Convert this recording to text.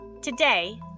Today